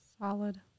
Solid